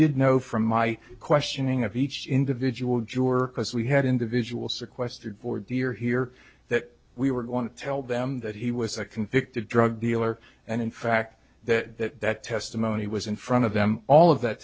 did know from my questioning of each individual juror because we had individual sequestered for dear here that we were going to tell them that he was a convicted drug dealer and in fact that testimony was in front of them all of that